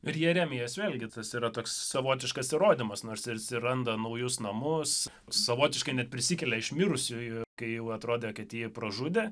ir jeremijas vėlgi tas yra toks savotiškas įrodymas nors jis ir randa naujus namus savotiškai net prisikelia iš mirusiųjų kai jau atrodė kad jį pražudė